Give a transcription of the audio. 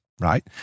right